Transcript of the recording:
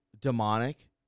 demonic